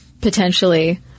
potentially